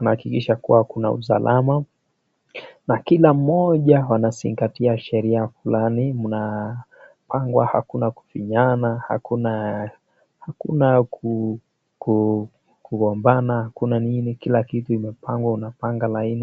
inahakikisha kuwa kuna usalama na kila mmoja anazingatia sheria fulani mnapangwa hakuna kufinyana hakuna hakuna kugombana hakuna nini kila kitu imepangwa unapanga laini.